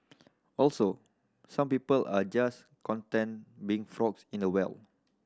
also some people are just content being frogs in a well